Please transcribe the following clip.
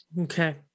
Okay